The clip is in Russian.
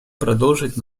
продолжить